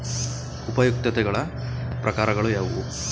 ಉಪಯುಕ್ತತೆಗಳ ಪ್ರಕಾರಗಳು ಯಾವುವು?